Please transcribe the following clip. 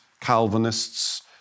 Calvinists